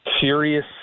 serious